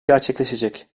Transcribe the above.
gerçekleşecek